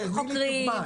דוגמא,